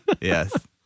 Yes